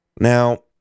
Now